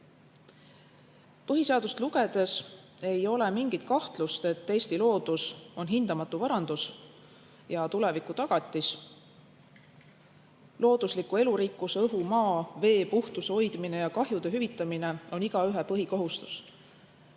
Põhiseadust lugedes ei ole mingit kahtlust, et Eesti loodus on hindamatu varandus ja tulevikutagatis. Loodusliku elurikkuse, õhu, maa, vee puhtuse hoidmine ja kahjude hüvitamine on igaühe põhikohustus.